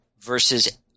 versus